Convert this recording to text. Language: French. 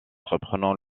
reprenant